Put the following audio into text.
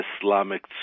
Islamic